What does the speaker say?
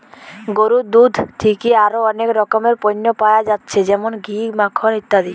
গরুর দুধ থিকে আরো অনেক রকমের পণ্য পায়া যাচ্ছে যেমন ঘি, মাখন ইত্যাদি